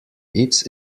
its